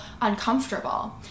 uncomfortable